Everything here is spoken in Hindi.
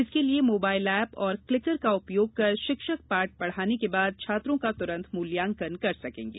इसके लिए मोबाइल ऐप और क्लीकर का उपयोग कर शिक्षक पाठ पढ़ाने के बाद छात्रों का तुरन्त मूल्यांकन कर सकेंगे